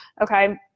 Okay